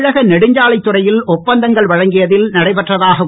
தமிழக நெடுஞ்சாலைத் துறையில் ஒப்பந்தங்கள் வழங்கியதில் நடைபெற்றதாகக்